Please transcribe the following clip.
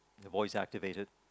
voice activated